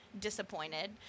disappointed